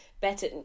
better